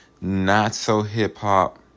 not-so-hip-hop